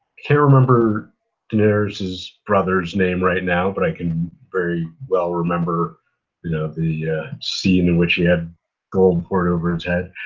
can't remember daenerys's brother's name right now, but i can very well remember you know the scene in which he had gold poured over his head.